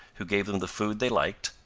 who gave them the food they liked,